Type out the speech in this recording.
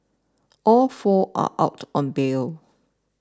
all four are out on bail